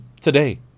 today